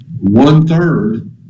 one-third